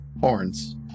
horns